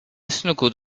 snuggled